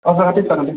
औ जागोनदे सार